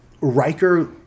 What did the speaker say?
riker